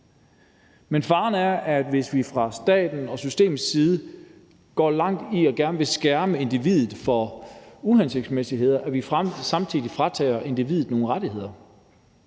Men faren er, at vi, hvis vi fra staten og systemets side går langt i forhold til at vi gerne vil skærme individet for uhensigtsmæssigheder, samtidig fratager individet nogle rettigheder,